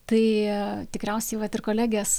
tai tikriausiai vat ir kolegės